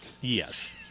Yes